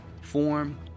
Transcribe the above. form